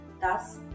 thus